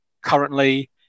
currently